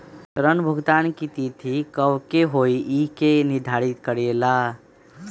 ऋण भुगतान की तिथि कव के होई इ के निर्धारित करेला?